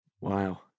Wow